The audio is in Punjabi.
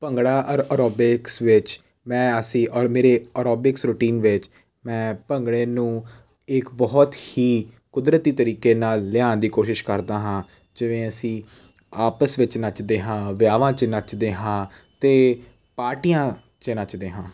ਭੰਗੜਾ ਅਰੋ ਔਰੋਬੇਕਸ ਵਿੱਚ ਮੈਂ ਅਸੀਂ ਔਰ ਮੇਰੇ ਆਰੋਬਿਕਸ ਰੂਟੀਨ ਵਿੱਚ ਮੈਂ ਭੰਗੜੇ ਨੂੰ ਇੱਕ ਬਹੁਤ ਹੀ ਕੁਦਰਤੀ ਤਰੀਕੇ ਨਾਲ ਲਿਆਉਣ ਦੀ ਕੋਸ਼ਿਸ਼ ਕਰਦਾ ਹਾਂ ਜਿਵੇਂ ਅਸੀਂ ਆਪਸ ਵਿੱਚ ਨੱਚਦੇ ਹਾਂ ਵਿਆਹਾਂ 'ਚ ਨੱਚਦੇ ਹਾਂ ਅਤੇ ਪਾਰਟੀਆਂ 'ਚ ਨੱਚਦੇ ਹਾਂ